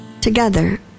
together